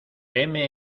heme